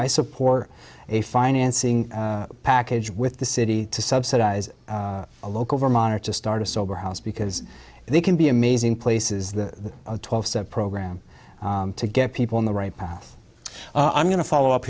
i support a financing package with the city to subsidize a local vermonter to start a sober house because they can be amazing places the twelve step program to get people in the right path i'm going to follow up